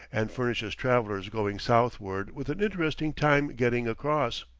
and furnishes travellers going southward with an interesting time getting across.